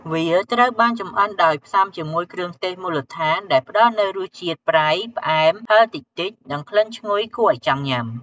វាត្រូវបានចម្អិនដោយផ្សំជាមួយ គ្រឿងទេសមូលដ្ឋាន ដែលផ្តល់នូវរសជាតិ ប្រៃ ផ្អែម ហឹរតិចៗ និង ក្លិនឈ្ងុយ គួរឲ្យចង់ញ៉ាំ។